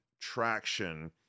traction